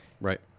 Right